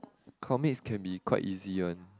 comics can be quite easy one